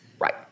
Right